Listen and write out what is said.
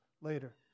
later